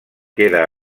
queda